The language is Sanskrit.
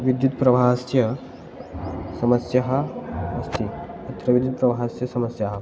विद्युत्प्रवाहस्य समस्याः अस्ति अत्र विद्युत्प्रवाहस्य समस्याः